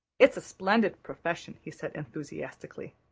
it's a splendid profession, he said enthusiastically.